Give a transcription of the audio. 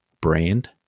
brand